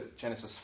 Genesis